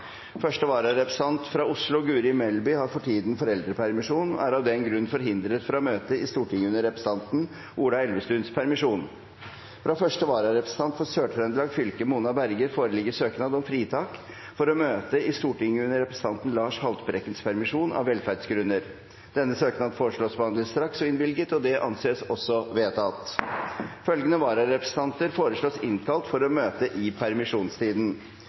Første vararepresentant fra Oslo, Guri Melb y, har for tiden foreldrepermisjon og er av den grunn forhindret fra å møte i Stortinget under representanten Ola Elvestuens permisjon. Fra første vararepresentant for Sør-Trøndelag fylke, Mona Berger , foreligger søknad om fritak for å møte i Stortinget under representanten Lars Haltbrekkens permisjon, av velferdsgrunner. Etter forslag fra presidenten ble enstemmig besluttet: Søknaden behandles straks og innvilges. Følgende vararepresentanter innkalles for å møte i permisjonstiden: